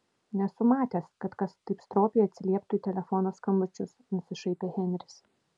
nesu matęs kad kas taip stropiai atsilieptų į telefono skambučius nusišaipė henris